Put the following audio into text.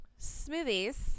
Smoothies